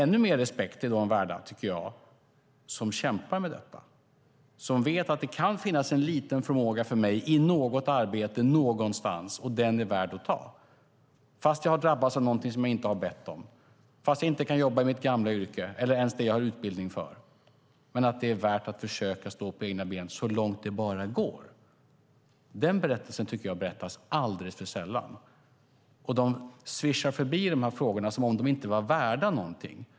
Ännu mer respekt är de värda som kämpar med detta, som vet att jag kan ha en liten förmåga för något arbete någonstans och tycker att den är värd att ta vara på, fast jag har drabbats av någonting som jag inte har bett om, fast jag inte kan jobba i mitt gamla yrke eller ens det jag har utbildning för, men att det är värt att försöka stå på egna ben så långt det bara går. Den berättelsen berättas alldeles för sällan. Man svischar förbi dessa frågor som om de inte var värda någonting.